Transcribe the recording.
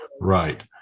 Right